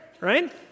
right